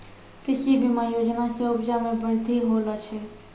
कृषि बीमा योजना से उपजा मे बृद्धि होलो छै